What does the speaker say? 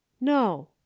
No